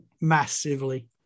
massively